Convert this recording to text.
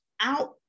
out